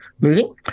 moving